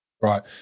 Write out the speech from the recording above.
Right